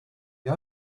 you